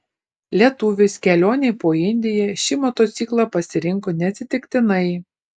lietuvis kelionei po indiją šį motociklą pasirinko neatsitiktinai